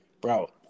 Bro